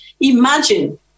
Imagine